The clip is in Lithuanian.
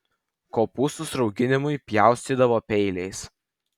kopūstus rauginimui pjaustydavo peiliais